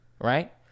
right